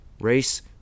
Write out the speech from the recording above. Race